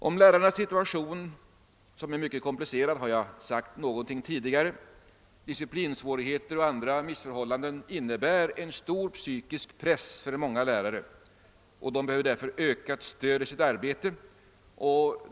Om lärarnas situation, som är mycket komplicerad, har jag tidigare talat. Disciplinsvårigheter och andra missförhållanden innebär en stor psykisk press för många lärare, och de behöver ökat stöd i sitt arbete.